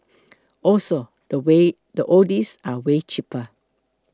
also the way the oldies are way cheaper